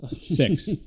Six